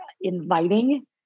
inviting